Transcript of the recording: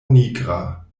nigra